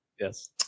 yes